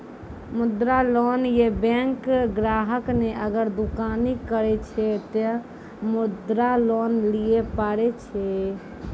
मुद्रा लोन ये बैंक ग्राहक ने अगर दुकानी करे छै ते मुद्रा लोन लिए पारे छेयै?